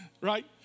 Right